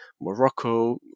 Morocco